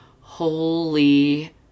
holy